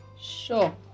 Sure